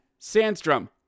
Sandstrom